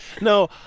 No